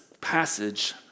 passage